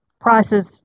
prices